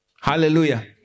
Hallelujah